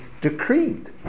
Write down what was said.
decreed